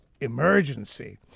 emergency